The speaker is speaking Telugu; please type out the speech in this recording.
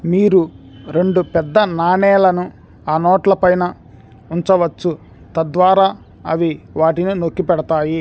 మీరు రెండు పెద్ద నాణేలను ఆ నోట్ల పైన ఉంచవచ్చు తద్వారా అవి వాటిని నొక్కి పెడతాయి